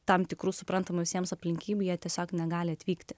tam tikrų suprantamų visiems aplinkybių jie tiesiog negali atvykti